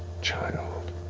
child.